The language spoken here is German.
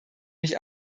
mich